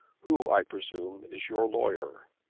who i presume is your lawyer.